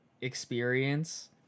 experience